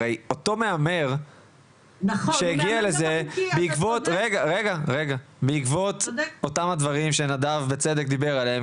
הרי אותו מהמר שהגיע לזה בעקבות אותם הדברים שנדב דיבר עליהם,